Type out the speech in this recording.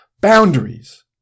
boundaries